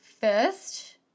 first